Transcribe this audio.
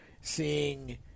seeing